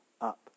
up